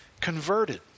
converted